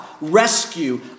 rescue